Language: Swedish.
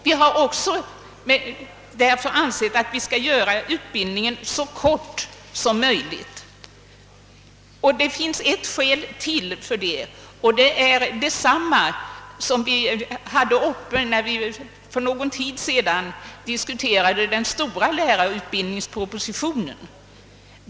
Vi har av samma skäl ansett att utbildningen skall göras så kort som möjligt. Det finns ytterligare ett skäl för detta, samma skäl som anfördes när vi för någon tid sedan diskuterade den stora lärarutbildningspropositionen.